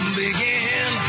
begin